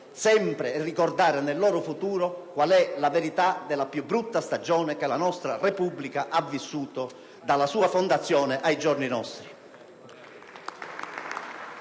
sempre, nel loro futuro, qual è la verità della più brutta stagione che la nostra Repubblica ha vissuto dalla sua fondazione ai giorni nostri.